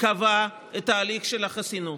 קבע את ההליך של החסינות,